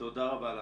תודה רבה.